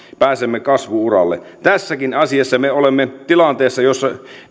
pääsemme kasvu uralle tässäkin asiassa me olemme tilanteessa jossa